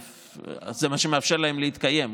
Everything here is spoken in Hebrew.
זה מה שמאפשר להן להתקיים.